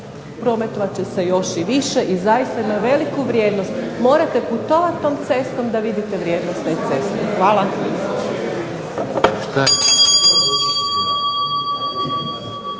prometovat će se još i više i zaista ima veliku vrijednost. Morate putovat tom cestom da vidite vrijednost te ceste. Hvala.